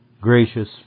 gracious